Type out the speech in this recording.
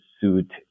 suit